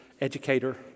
educator